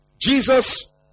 Jesus